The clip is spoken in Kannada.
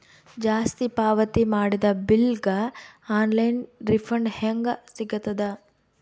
ಜಾಸ್ತಿ ಪಾವತಿ ಮಾಡಿದ ಬಿಲ್ ಗ ಆನ್ ಲೈನ್ ರಿಫಂಡ ಹೇಂಗ ಸಿಗತದ?